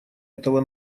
этого